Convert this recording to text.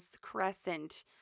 crescent